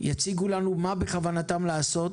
יציגו לנו מה בכוונתם לעשות